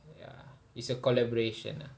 ya it's a collaboration ah